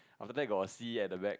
on the back got sea at the back